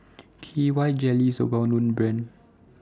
K Y Jelly IS A Well known Brand